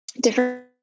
different